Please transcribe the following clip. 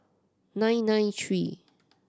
nine nine three